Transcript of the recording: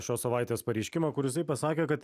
šios savaitės pareiškimą kur jisai pasakė kad